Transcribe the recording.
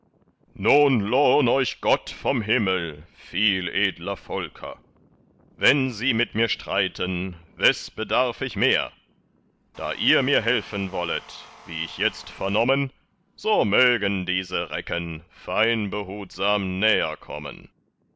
nun lohn euch gott vom himmel viel edler volker wenn sie mit mir streiten wes bedarf ich mehr da ihr mir helfen wollet wie ich jetzt vernommen so mögen diese recken fein behutsam näher kommen